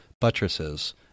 Buttresses